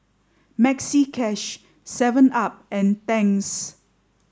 Maxi Cash Seven up and Tangs